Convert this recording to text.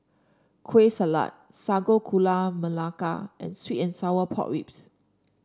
Kueh Salat Sago Gula Melaka and sweet and Sour Pork Ribs